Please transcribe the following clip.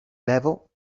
level